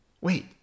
wait